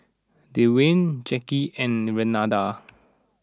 Dewayne Jacky and Renada